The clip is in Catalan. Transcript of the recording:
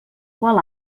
qual